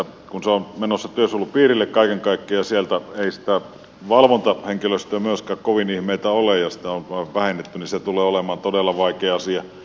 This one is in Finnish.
kun se on menossa työsuojelupiirille kaiken kaikkiaan ja siellä ei sitä valvontahenkilöstöä myöskään kovin ihmeitä ole ja sitä on vähennetty niin se tulee olemaan todella vaikea asia